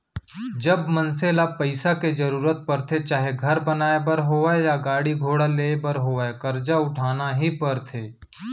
जब मनसे ल पइसा के जरुरत परथे चाहे घर बनाए बर होवय या गाड़ी घोड़ा लेय बर होवय करजा उठाना ही परथे